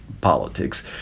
politics